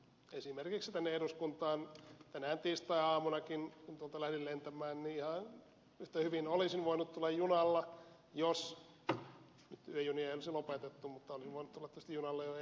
esimerkiksi tänne eduskuntaan tänään tiistai aamunakin kun tuolta lähdin lentämään niin ihan yhtä hyvin olisin voinut tulla junalla jos yöjunia ei olisi lopetettu mutta olisin voinut tulla tietysti junalla jo eilen illallakin